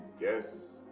yes.